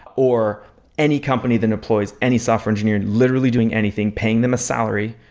or any company that employs any software engineer literally doing anything, paying them a salary,